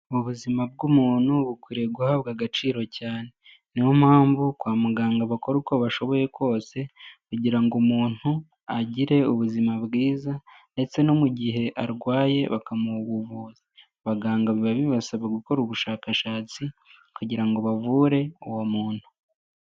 Ubuzima bw'umuntu bukwiriye guhabwa agaciro cyane, niyo mpamvu kwa muganga bakora uko bashoboye kose kugira ngo umuntu agire ubuzima bwiza ndetse no mu gihe arwaye bakamuha ubuvuzi, abaganga biba bibasaba gukora ubushakashatsi kugira ngo bavure uwo muntu.